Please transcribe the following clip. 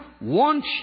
want